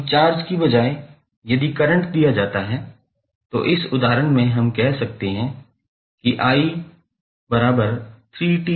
अब चार्ज के बजाय यदि करंट दिया जाता है तो इस उदाहरण में हम कह रहे हैं कि A